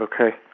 okay